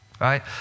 right